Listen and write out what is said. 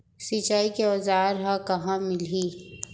सिंचाई के औज़ार हा कहाँ मिलही?